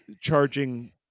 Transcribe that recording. charging